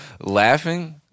laughing